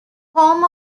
home